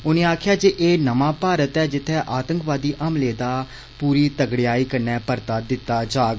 उनें आक्खेआ जे एह नमां भारत ऐ जित्थै आतंकवादी हमले दा पूरी तकड़याई कन्नै परता दिता जाग